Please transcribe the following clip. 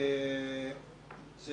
זה